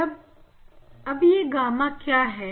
अब यह गामा क्या है